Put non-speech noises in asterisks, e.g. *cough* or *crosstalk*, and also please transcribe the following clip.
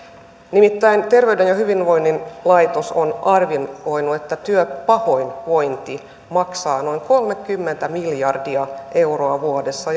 nimittäin terveyden ja hyvinvoinnin laitos on arvioinut että työpahoinvointi maksaa noin kolmekymmentä miljardia euroa vuodessa *unintelligible*